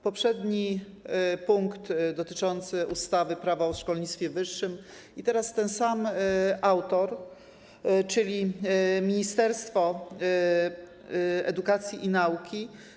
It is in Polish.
Poprzedni punkt dotyczący ustawy - Prawo o szkolnictwie wyższym i teraz ten sam autor, czyli Ministerstwo Edukacji i Nauki.